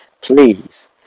please